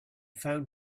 found